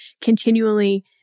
continually